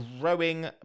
growing